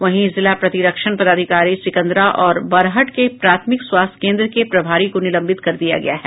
वहीं जिला प्रतिरक्षण पदाधिकारी सिकंदरा और बरहट के प्राथमिक स्वास्थ्य केन्द्र के प्रभारी को निलंबित कर दिया गया है